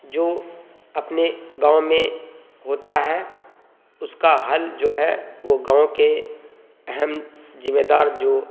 جو اپنے گاؤں میں ہوتا ہے اس کا حل جو ہے وہ گاؤں کے اہم ذمے دار جو